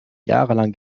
jahrelang